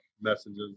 messages